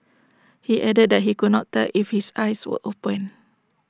he added that he could not tell if his eyes were open